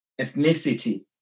ethnicity